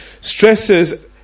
stresses